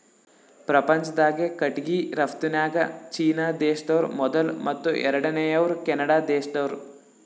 ಪ್ರಪಂಚ್ದಾಗೆ ಕಟ್ಟಿಗಿ ರಫ್ತುನ್ಯಾಗ್ ಚೀನಾ ದೇಶ್ದವ್ರು ಮೊದುಲ್ ಮತ್ತ್ ಎರಡನೇವ್ರು ಕೆನಡಾ ದೇಶ್ದವ್ರು